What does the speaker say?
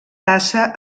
tassa